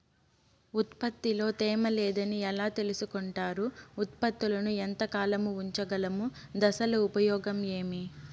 ఉత్పత్తి లో తేమ లేదని ఎలా తెలుసుకొంటారు ఉత్పత్తులను ఎంత కాలము ఉంచగలము దశలు ఉపయోగం ఏమి?